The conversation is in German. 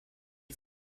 die